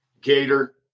Gator